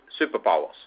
superpowers